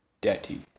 Daddy